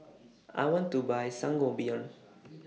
I want to Buy Sangobion